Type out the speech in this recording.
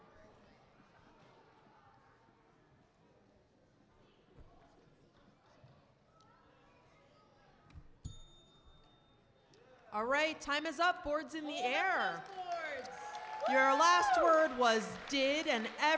time